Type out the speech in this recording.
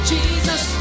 Jesus